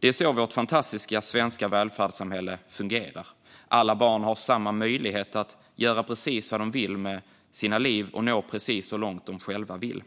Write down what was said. Det är så vårt fantastiska svenska välfärdssamhälle fungerar. Alla barn har samma möjligheter att göra precis vad de vill med sina liv och att nå precis så långt de själva vill.